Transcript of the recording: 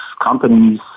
companies